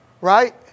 right